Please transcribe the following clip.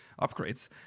upgrades